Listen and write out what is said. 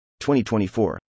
2024